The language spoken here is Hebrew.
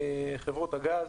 חברות הגז,